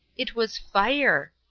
it was fire!